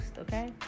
okay